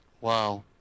Wow